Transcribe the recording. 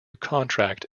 contract